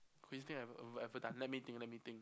craziest thing I ever ever done let me think let me think